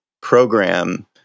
program